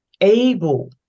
able